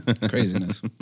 Craziness